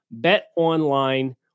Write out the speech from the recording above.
Betonline